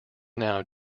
now